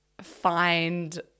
find